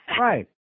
Right